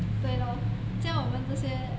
对咯教我们这些